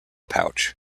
pouch